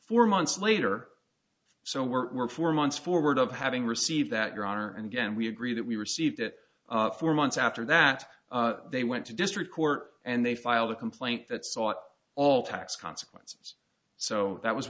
four months later so we're four months forward of having received that your honor and again we agree that we received it four months after that they went to district court and they filed a complaint that sought all tax consequences so that was